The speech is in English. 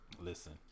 Listen